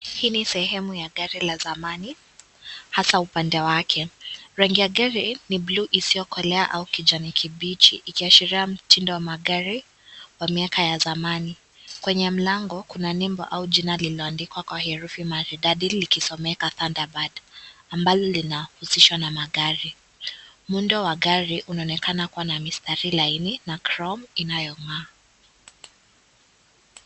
Hii ni sehemu ya gari ya zamani hasa upande wake. Rangi ya gari ni buluu isiyokolea au kijani kibichi ikiashiria mtindo wa magari wa miaka ya zamani , kwenye mlango kuna nembo au jina lilioandikwa kwa herufi maridadi likisomeka tenderpad ambalo limehusishwa na magari, muundo wa gari unaonekana kuwa na misitari laini na chrome iliyongaa.